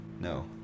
No